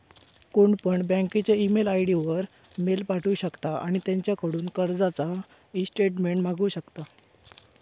कोणपण बँकेच्या email ID वर मेल पाठवु शकता आणि त्यांच्याकडून कर्जाचा ईस्टेटमेंट मागवु शकता